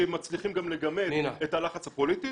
שמצליחים גם לגמד את הלחץ הפוליטי,